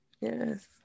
Yes